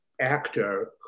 actor